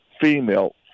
female